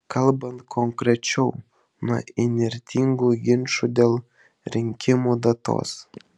kalbant konkrečiau nuo įnirtingų ginčų dėl rinkimų datos